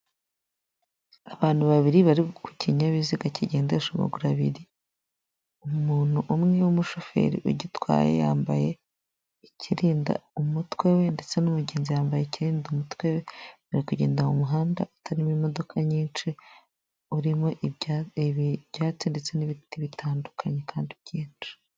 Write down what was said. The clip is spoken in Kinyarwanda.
Abantu babiri bari ku kinyabiziga kigendesha amaguru abiri, umuntu umwe w'umushoferi ugitwaye yambaye ikirinda umutwe we ndetse n'umugenzi yambaye icyirinda umutwe we, bari kugenda mu muhanda utarimo imodoka nyinshi, urimo ibya ibyatsi ndetse n'ibiti bitandukanye kandi byinshi.